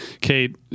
Kate